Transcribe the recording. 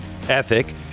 ethic